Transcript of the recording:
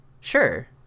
sure